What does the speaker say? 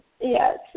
Yes